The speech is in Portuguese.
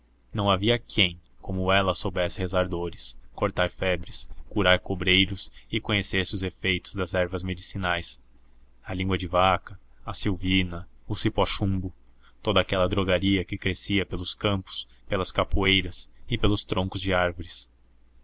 não havia quem como ela soubesse rezar dores cortar febres curar cobreiros e conhecesse os efeitos das ervas medicinais a língua de vaca a silvina o cipóchumbo toda aquela drogaria que crescia pelos campos pelas capoeiras e pelos troncos de árvores